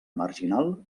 marginal